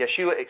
Yeshua